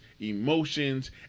emotions